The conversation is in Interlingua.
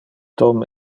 tom